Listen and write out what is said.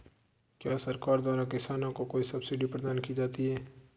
क्या सरकार द्वारा किसानों को कोई सब्सिडी प्रदान की जाती है?